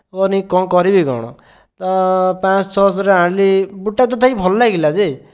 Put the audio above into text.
ଆକୁ ନେଇକି କ'ଣ କରିବି କ'ଣ ପାଞ୍ଚଶହ ଛଅଶହ ଆଣିଲି ବୁଟ୍ଟା ତଥାପି ଭଲ ଲାଗିଲା ଯେ